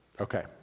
Okay